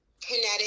Kinetic